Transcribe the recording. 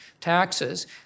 taxes